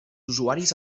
usuaris